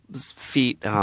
Feet